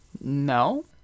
No